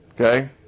Okay